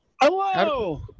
hello